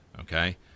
Okay